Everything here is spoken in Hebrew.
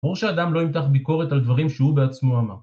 ברור שאדם לא ימתח ביקורת על דברים שהוא בעצמו אמר.